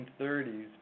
1930s